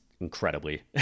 incredibly